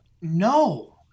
No